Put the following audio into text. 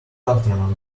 afternoon